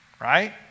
right